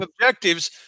objectives